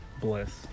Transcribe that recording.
bliss